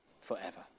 forever